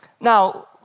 Now